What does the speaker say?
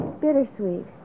Bittersweet